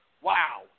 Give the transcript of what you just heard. Wow